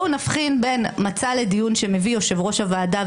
בואו נבחין בין מצע לדיון שמביא יושב-ראש הוועדה,